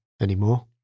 anymore